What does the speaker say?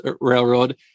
railroad